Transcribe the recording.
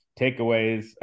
takeaways